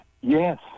Yes